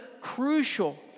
crucial